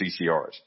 CCRs